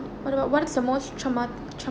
what about what is the most trauma~ trau~